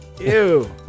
Ew